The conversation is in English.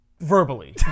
Verbally